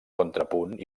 contrapunt